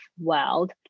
world